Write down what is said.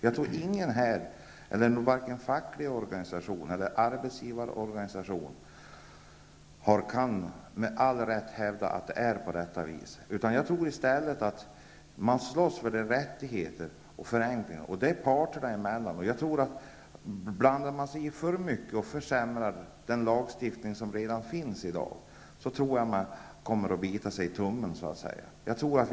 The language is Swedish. Jag tror att varken fackliga organisationer eller arbetsgivareorganisationer med rätt kan hävda att det är på det sättet -- att det skulle ha varit ett sådant hinder. Jag tror i stället att man slåss för rättigheter och förenklingar parterna emellan. Blandar vi oss i för mycket och försämrar den lagstiftning som redan finns i dag, så tror jag att man så att säga kommer att bita sig i tummen.